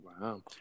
Wow